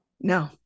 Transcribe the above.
No